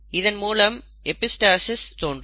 இதன் மூலம் எபிஸ்டசிஸ் தோன்றும்